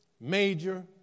major